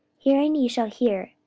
hearing ye shall hear,